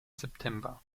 september